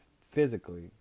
physically